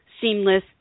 seamless